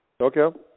Okay